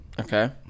Okay